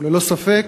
וללא ספק,